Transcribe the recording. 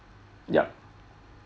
yup